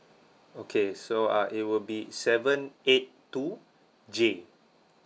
okay so uh it will be seven eight two J